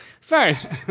first